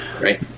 Right